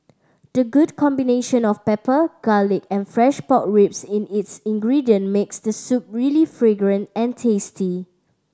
the good combination of pepper garlic and fresh pork ribs in its ingredient makes the soup really fragrant and tasty